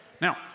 Now